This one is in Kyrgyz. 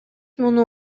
муну